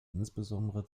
insbesondere